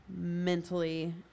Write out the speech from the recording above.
mentally